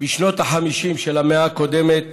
בשנות ה-50 של המאה הקודמת